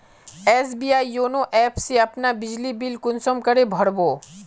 SBI YONO app से अपना बिजली बिल कुंसम करे भर बो?